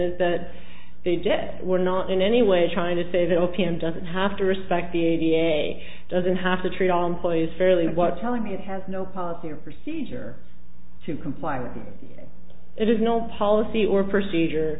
is that the dead were not in any way trying to say that opium doesn't have to respect the a da doesn't have to treat all employees fairly what telling it has no policy or procedure to comply with it is no policy or procedure